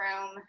room